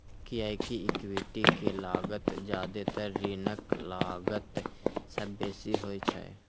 कियैकि इक्विटी के लागत जादेतर ऋणक लागत सं बेसी होइ छै